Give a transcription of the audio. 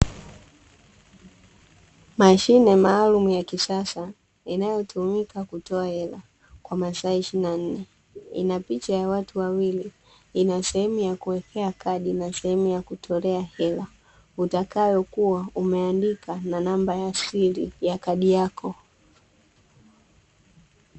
Mashine maalumu ya kisasa inayotumika kutoa hela kwa masaa ishirini na nne, ina picha ya watu wawili inasehemu ya kuwekea kadi na inasehemu ya kitolea hela utakayo kuwa umeandika na namba ya siri ya kadi yako.